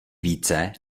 více